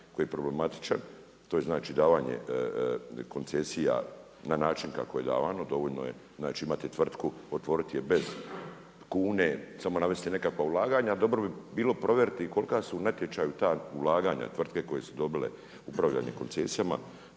koji je problematičan, to je znači davanje koncesija na način kako je davano. Dovoljno je imati tvrtku, otvoriti je bez kune, samo navesti nekakva ulaganja, dobro bi bilo provjeriti kolika su u natječaju ta ulaganja tvrtke koje su dobile upravljanje koncesija,